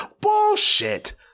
Bullshit